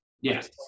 Yes